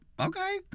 okay